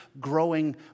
growing